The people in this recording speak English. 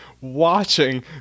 watching